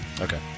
Okay